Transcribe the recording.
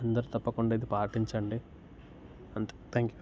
అందరు తప్పకుండా ఇది పాటించండి అంతే థ్యాంక్ యు